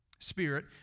Spirit